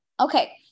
Okay